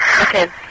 Okay